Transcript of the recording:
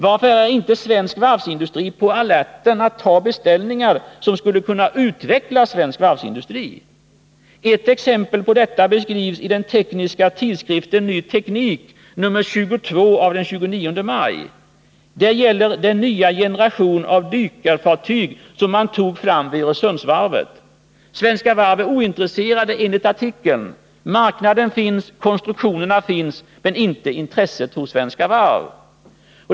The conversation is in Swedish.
Varför är inte svensk varvsindustri på alerten att ta beställningar som skulle kunna utveckla svensk varvsindustri? Exempel på detta finns i den tekniska tidskriften Ny teknik nr 22 av den 29 maj. Det gäller den nya generation av dykarfartyg man tog fram vid Öresundsvarvet. Svenska Varv var ointresserade enligt artikeln. Marknaden finns. Konstruktionerna finns. Men inte intresset hos Svenska Varv.